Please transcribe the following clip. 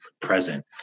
present